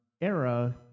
era